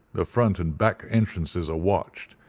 the front and back entrances are watched,